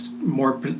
more